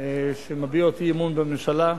שמביעות אי-אמון בממשלה.